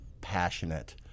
passionate